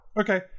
Okay